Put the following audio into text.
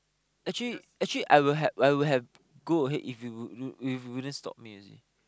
actually actually I would have I would have go ahead if you you if you wouldn't stop me you see